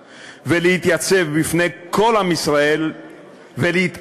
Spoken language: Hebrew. ולהתייצב בפני כל עם ישראל ולהתאחד